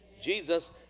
Jesus